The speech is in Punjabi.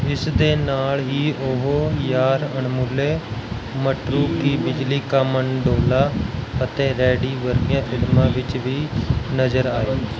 ਇਸ ਦੇ ਨਾਲ ਹੀ ਉਹ ਯਾਰ ਅਣਮੁੱਲੇ ਮਟਰੂ ਕੀ ਬਿਜਲੀ ਕਾ ਮਨਡੋਲਾ ਅਤੇ ਰੈਡੀ ਵਰਗੀਆਂ ਫਿਲਮਾਂ ਵਿੱਚ ਵੀ ਨਜ਼ਰ ਆਏ